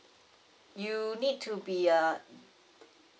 you need to be err